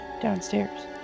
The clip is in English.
downstairs